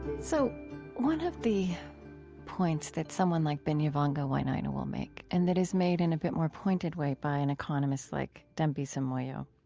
so one of the points that someone like binyavanga wainaina will make and that is made in a more pointed way by an economist like dambisa moyo